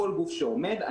כל גוף שעומד בקריטריונים.